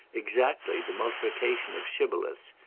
exactly the multiplication of shibboleths,